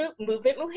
Movement